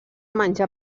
menjar